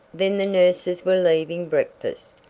then the nurses were leaving breakfast.